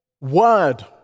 word